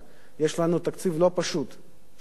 יש לנו תקציב לא פשוט שבדרך,